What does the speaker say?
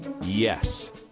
Yes